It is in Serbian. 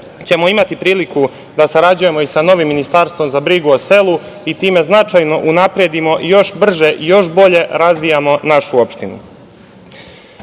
ćemo imati priliku da sarađujemo i sa novim ministarstvom za brigu o selu i time značajno unapredimo još brže i još bolje razvijamo našu opštinu. Pre